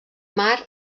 mar